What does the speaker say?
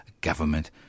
government